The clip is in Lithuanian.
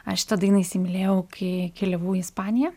aš šitą dainą įsimylėjau kai keliavau į ispaniją